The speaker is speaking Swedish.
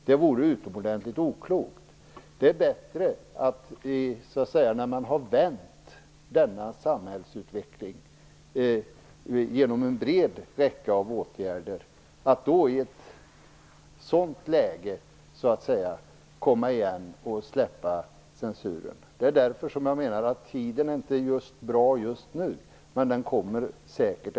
Det är bättre att vi kommer igen och släpper censuren när denna samhällsutveckling genom en rad åtgärder har vänt. Tiden är inte bra just nu, men den rätta tiden kommer säkert.